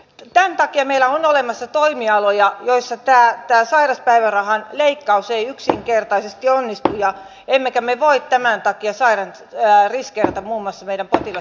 tämän takia meillä on olemassa toimialoja joissa tämä sairauspäivärahan leikkaus ei yksinkertaisesti onnistu emmekä me voi tämän takia riskeerata muun muassa potilasturvallisuutta